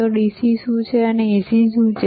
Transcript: તો DC શું છે અને AC શું છે